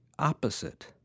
Opposite